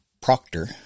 Proctor